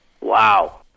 Wow